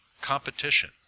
competition